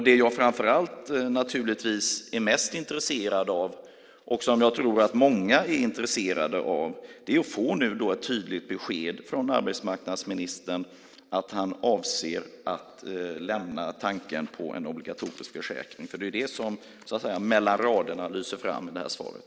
Det jag naturligtvis är mest intresserad av och som jag tror att många är intresserade av är att få ett tydligt besked från arbetsmarknadsministern att han avser att lämna tanken på en obligatorisk försäkring. Det är det som så att säga mellan raderna lyser fram i det här svaret.